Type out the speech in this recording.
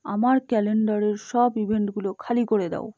আমার ক্যালেণ্ডারের সব ইভেন্টগুলো খালি করে দাও